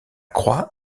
croix